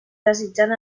desitjant